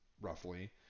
roughly